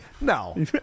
No